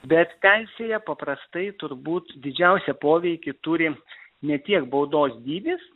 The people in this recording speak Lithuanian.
bet teisėje paprastai turbūt didžiausią poveikį turi ne tiek baudos dydis